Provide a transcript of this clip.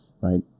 right